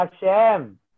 Hashem